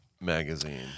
magazine